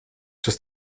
przez